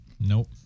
Nope